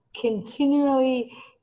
continually